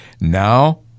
Now –